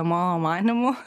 mano manymu